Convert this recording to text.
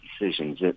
decisions